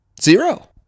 zero